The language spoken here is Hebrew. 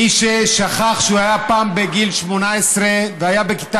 מי ששכח שהוא היה פעם בגיל 18 והיה בכיתה